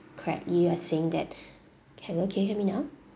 correct you are saying that hello can you hear me know